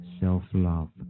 self-love